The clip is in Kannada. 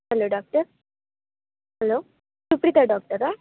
hello doctor hello Supreetha ಡಾಕ್ಟರಾ